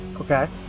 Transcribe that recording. okay